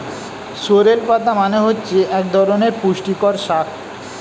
sorrel পাতা মানে হচ্ছে এক ধরনের পুষ্টিকর শাক